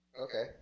Okay